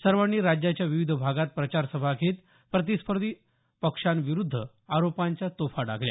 सर्वांनी राज्याच्या विविध भागात प्रचार सभा घेत प्रतिस्पर्धी पक्षांविरूद्ध आरोपांच्या तोफा डागल्या